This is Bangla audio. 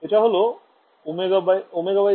এটা হল ωc2